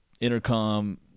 intercom